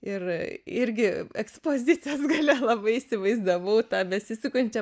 ir irgi ekspozicijos gale labai įsivaizdavau tą besisukančią